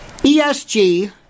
ESG